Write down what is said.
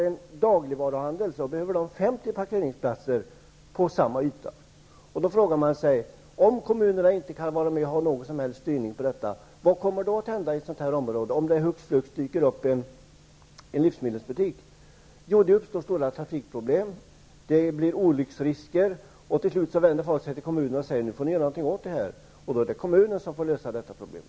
En dagligvaruhandel däremot behöver 50 parkeringsplatser för motsvarande yta. Om kommunerna inte har någon som helst styrning, vad kommer då att hända i ett område av nämnda slag där det hux flux finns en livsmedelsbutik? Jo, stora trafikproblem uppstår. Det kommer att vara förenat med olycksrisker. Till slut kommer människor att vända sig till kommunen med krav på åtgärder. Då blir det ju kommunen som får lösa problemet.